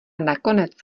nakonec